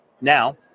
Now